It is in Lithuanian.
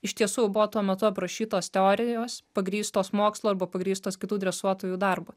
iš tiesų jau buvo tuo metu aprašytos teorijos pagrįstos mokslu arba pagrįstos kitų dresuotojų darbu